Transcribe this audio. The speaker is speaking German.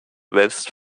west